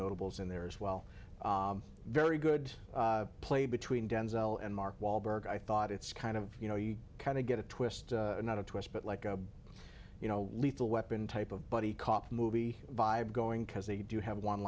notables in there as well very good play between denzel and mark wahlberg i thought it's kind of you know you kind of get a twist not a twist but like a you know lethal weapon type of buddy cop movie vibe going because they do have one